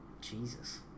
Jesus